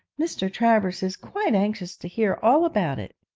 mr. travers is quite anxious to hear all about it